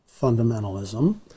fundamentalism